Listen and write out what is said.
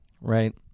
right